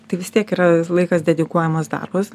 tai vis tiek yra laikas dedikuojamas darbas